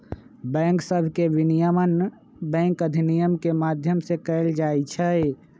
bank सभके विनियमन bank अधिनियम के माध्यम से कएल जाइ छइ